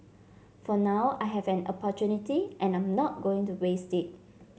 for now I have an opportunity and I'm not going to waste it